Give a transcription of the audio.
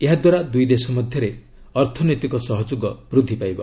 ଏହାଦ୍ୱାରା ଦୁଇଦେଶ ମଧ୍ୟରେ ଅର୍ଥନୈତିକ ସହଯୋଗ ବୃଦ୍ଧି ପାଇବ